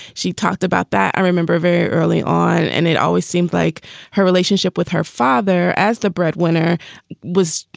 she talked about that. i remember very early on and it always seemed like her relationship with her father as the breadwinner was,